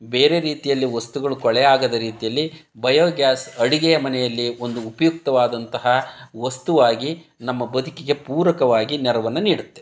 ಬೇರೆ ರೀತಿಯಲ್ಲಿ ವಸ್ತುಗಳು ಕೊಳೆ ಆಗದ ರೀತಿಯಲ್ಲಿ ಬಯೋಗ್ಯಾಸ್ ಅಡುಗೆಯ ಮನೆಯಲ್ಲಿ ಒಂದು ಉಪಯುಕ್ತವಾದಂತಹ ವಸ್ತುವಾಗಿ ನಮ್ಮ ಬದುಕಿಗೆ ಪೂರಕವಾಗಿ ನೆರವನ್ನ ನೀಡುತ್ತೆ